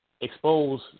expose